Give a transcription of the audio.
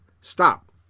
stop